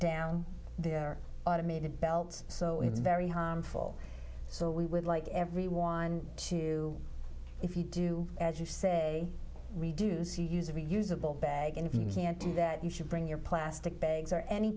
down their automated belts so it's very harmful so we would like everyone to if you do as you say reduce use of a usable bag and if you can't do that you should bring your plastic bags or any